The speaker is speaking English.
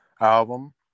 album